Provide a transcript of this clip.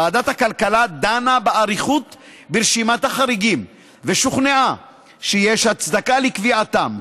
ועדת הכלכלה דנה באריכות ברשימת החריגים ושוכנעה שיש הצדקה לקביעתם,